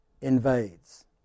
invades